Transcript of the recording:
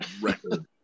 record